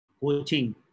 coaching